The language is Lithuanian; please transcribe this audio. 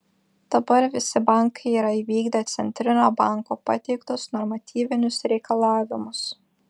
dabar visi bankai yra įvykdę centrinio banko pateiktus normatyvinius reikalavimus